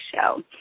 show